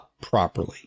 properly